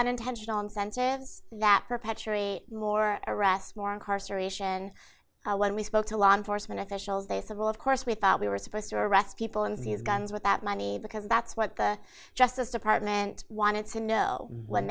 unintentional incentives that perpetuate more arrest more incarceration when we spoke to law enforcement officials they said well of course we thought we were supposed to arrest people in these guns with that money because that's what the justice department wanted to know when